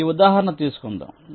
ఈ ఉదాహరణ తీసుకుందాం